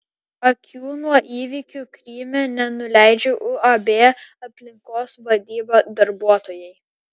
akių nuo įvykių kryme nenuleidžia uab aplinkos vadyba darbuotojai